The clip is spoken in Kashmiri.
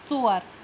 ژور